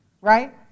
Right